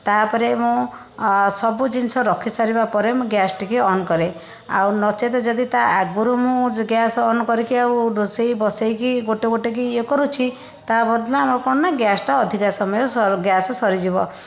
ତା' ପରେ ମୁଁ ସବୁ ଜିନିଷ ରଖିସାରିବା ପରେ ମୁଁ ଗ୍ୟାସଟିକି ଅନ୍ କରେ ଆଉ ନଚେତ ଯଦି ତା' ଆଗରୁ ମୁଁ ଗ୍ୟାସ୍ ଅନ୍ କରିକି ଆଉ ରୋଷେଇ ବସେଇକି ଗୋଟେ ଗୋଟେକି ଇଏ କରୁଛି ତା' ବଦନା ଆମର କ'ଣ ନା ଗ୍ୟାସଟା ଅଧିକା ସମୟ ସର ଗ୍ୟାସ୍ ସରିଯିବ